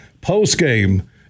Post-game